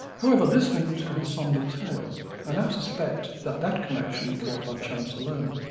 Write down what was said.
however, listening to his somber tale i now suspect that that connection occurred by chance alone.